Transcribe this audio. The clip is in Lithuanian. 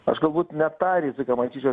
aš galbūt ne tą riziką matyčiau